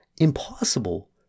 impossible